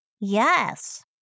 Yes